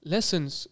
Lessons